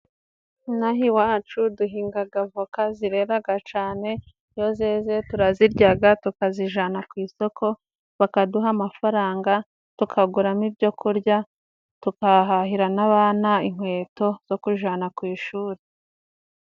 Inaha iwacu duhingaga voka zireraga cane, iyo zeze turaziryaga, tukazijana ku isoko bakaduha amafaranga, tukaguramo ibyo kurya, tugahahira n'bana inkweto zo kujana ku ishuri.